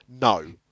No